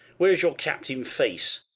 where's your captain face,